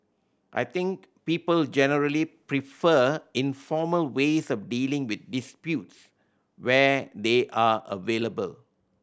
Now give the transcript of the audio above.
I think people generally prefer informal ways of dealing with disputes where they are available